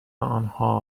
آنها